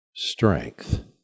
strength